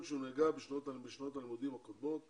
שהונהגה בשנות הלימודים הקודמות במוסד.